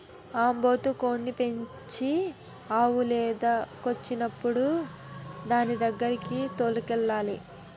ఆంబోతు కోడిని పెంచి ఆవు లేదకొచ్చినప్పుడు దానిదగ్గరకి తోలుకెళ్లాలి